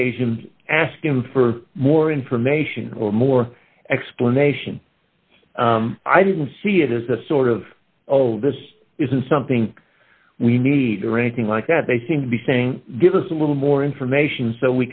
occasions asking for more information or more explanation i didn't see it as a sort of all this isn't something we need or anything like that they seem to be saying give us a little more information so